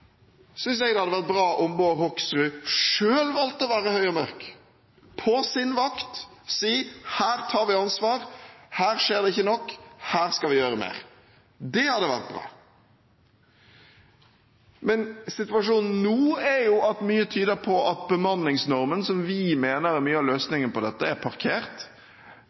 synes jeg det hadde vært bra om Bård Hoksrud selv valgte å være høy og mørk på sin vakt og si: Her tar vi ansvar, her skjer det ikke nok, her skal vi gjøre mer. Det hadde vært bra. Men situasjonen nå er at mye tyder på at bemanningsnormen, som vi mener er mye av løsningen på dette, er parkert.